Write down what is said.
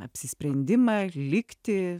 apsisprendimą likti